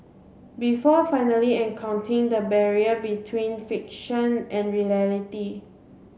before finally the barrier between fiction and reality